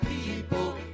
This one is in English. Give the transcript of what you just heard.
people